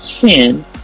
Sin